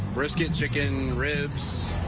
brisket chicken ribs.